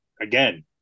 again